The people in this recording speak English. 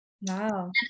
wow